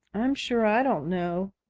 i'm sure i don't know,